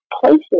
places